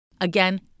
Again